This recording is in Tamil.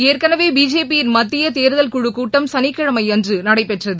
ஏற்கனவே பிஜேபியின் மத்திய தேர்தல் குழுக் கூட்டம் சளிக்கிழமை அன்று நடைபெற்றது